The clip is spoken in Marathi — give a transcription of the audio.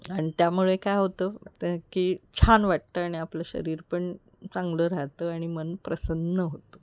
आणि त्यामुळे काय होतं तं की छान वाटतं आणि आपलं शरीर पण चांगलं राहतं आणि मन प्रसन्न होतं